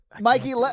Mikey